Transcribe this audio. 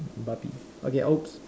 babi okay oops